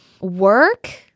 work